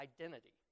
identity